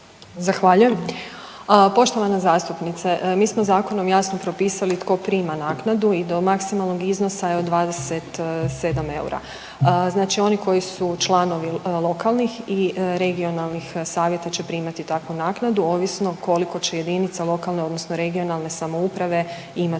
Zahvaljujem. Poštovana zastupnice, mi smo zakonom jasno propisali tko prima naknadu i do maksimalnog iznosa je od 27 eura. Znači oni koji su članovi lokalnih i regionalnih savjeta će primati takvu naknadu, ovisno koliko će jedinice lokalne odnosno regionalne samouprave imati